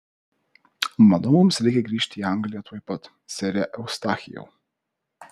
manau mums reikia grįžti į angliją tuoj pat sere eustachijau